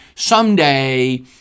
Someday